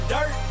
Dirt